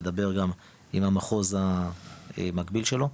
לדבר גם עם המחוז המקביל שלו,